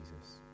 Jesus